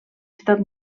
estat